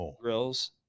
grills